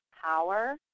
power